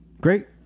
Great